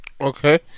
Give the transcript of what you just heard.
Okay